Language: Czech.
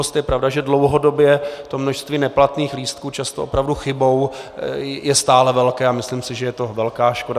Je pravda, že dlouhodobě je množství neplatných lístků, často opravdu chybou, stále velké, a myslím si, že je to velká škoda.